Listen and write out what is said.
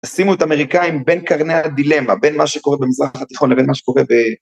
שימו את האמריקאים בין קרני הדילמה, בין מה שקורה במזרח התיכון לבין מה שקורה ב...